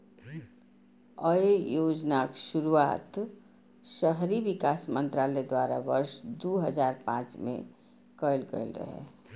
अय योजनाक शुरुआत शहरी विकास मंत्रालय द्वारा वर्ष दू हजार पांच मे कैल गेल रहै